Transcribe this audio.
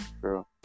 true